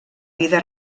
vida